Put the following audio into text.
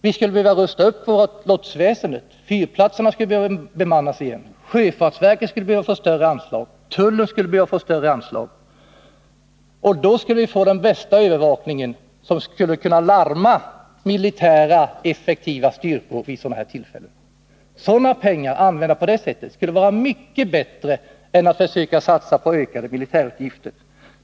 Vi skulle behöva rusta upp vårt lotsväsende, fyrplatserna skulle behöva bemannas igen, sjöfartsverket och tullen skulle behöva få större anslag. Då skulle vi få den bästa övervakningen, som skulle kunna larma militära effektiva styrkor vid sådana här tillfällen. Att använda pengar på detta sätt skulle vara mycket bättre än att försöka satsa på ökning av militärutgifter.